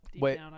Wait